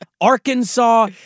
Arkansas